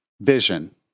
Vision